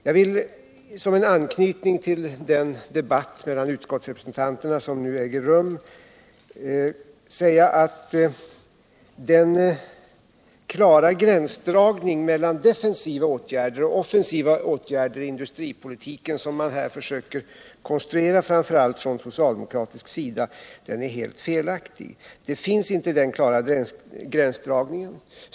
Jag vill som anknytning till den debatt mellan utskottsrepresentanterna som nu äger rum säga, att den klara gränsdragning mellan defensiva och offensiva åtgärder i industripolitiken, som man försöker konstruera framför allt från socialdemokratiskt håll, är helt felaktig. Den klara gränsdragningen finns inte.